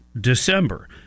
December